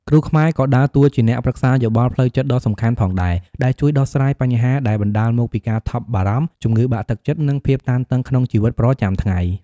គ្រូខ្មែរក៏ដើរតួជាអ្នកប្រឹក្សាយោបល់ផ្លូវចិត្តដ៏សំខាន់ផងដែរ ដែលជួយដោះស្រាយបញ្ហាដែលបណ្តាលមកពីការថប់បារម្ភ ជំងឺបាក់ទឹកចិត្ត និងភាពតានតឹងក្នុងជីវិតប្រចាំថ្ងៃ។